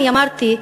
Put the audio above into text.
אני אמרתי,